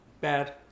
bad